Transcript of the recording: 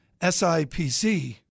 SIPC